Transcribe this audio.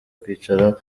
kwicara